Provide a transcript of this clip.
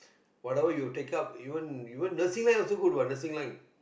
whatever you take up you won't you won't nursing line also good what nursing line